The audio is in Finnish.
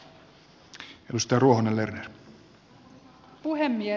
arvoisa puhemies